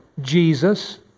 Jesus